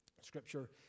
Scripture